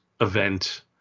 event